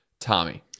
Tommy